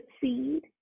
seed